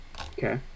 Okay